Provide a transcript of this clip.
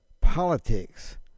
politics